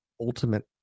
ultimate